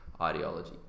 ideology